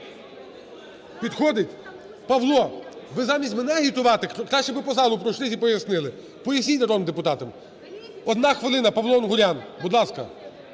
Підходить? Павло, ви замість мене агітувати, краще б по залу пройшлися і пояснили, поясніть народним депутатам. Одна хвилина Павло Унгурян, будь ласка.